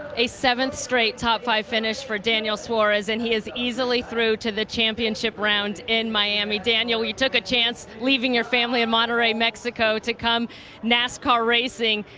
a seventh straight top five finish for daniel suarez and he is easily through to the championship round in miami. daniel, you took a chance leaving your family in monterey, mexico, to come nascar racing,